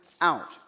out